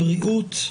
הבריאות,